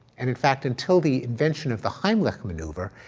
and in fact, until the invention of the heimlich maneuver,